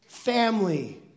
family